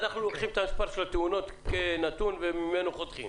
אנחנו לוקחים את מספר התאונות כנתון וממנו חותכים,